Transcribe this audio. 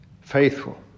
faithful